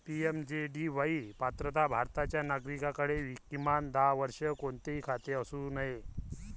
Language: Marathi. पी.एम.जे.डी.वाई पात्रता भारताच्या नागरिकाकडे, किमान दहा वर्षे, कोणतेही खाते असू नये